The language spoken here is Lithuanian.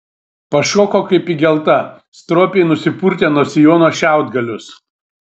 pašoko kaip įgelta stropiai nusipurtė nuo sijono šiaudgalius